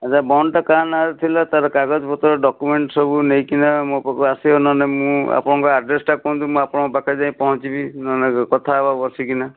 ଆଚ୍ଛା ବଣ୍ଡ୍ଟା କାହା ନାଁରେ ଥିଲା ତାର କାଗଜପତ୍ର ଡକ୍ୟୁମେଣ୍ଟ୍ ସବୁ ନେଇକିନା ମୋ ପାଖକୁ ଆସିବ ମୁଁ ଆପଣଙ୍କ ଅଡ୍ରେସ୍ଟା କୁହନ୍ତୁ ମୁଁ ଆପଣଙ୍କ ପାଖରେ ଯାଇ ପହଞ୍ଚିବି ନହେଲେ କଥା ହେବା ବସିକିନା